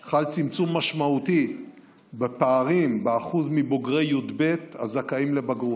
חל צמצום משמעותי בפערים בבוגרי י"ב הזכאים לבגרות.